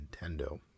Nintendo